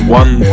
one